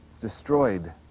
destroyed